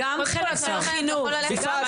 גם חלק מהחינוך.